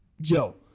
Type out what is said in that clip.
Joe